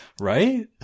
right